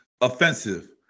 Offensive